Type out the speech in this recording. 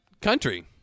Country